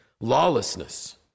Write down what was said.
Lawlessness